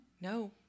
No